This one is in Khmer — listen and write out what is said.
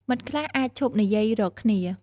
មិត្តខ្លះអាចឈប់និយាយរកគ្នា។